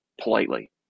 politely